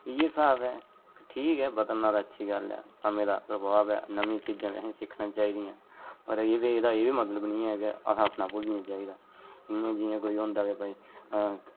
इ'यै स्हाब ऐ ठीक ऐ बदलना ते अच्छी गल्ल ऐ समें दा प्रभाव ऐ नमीं चीज़ा ते असें सिक्खना चाही दियां पर एह् ते जेह्ड़ा एह् मतलब बनियै की अहें अपना भु'ल्ली ना चाहिदा इ'नें कोई होंदा की भई बाकि